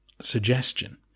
suggestion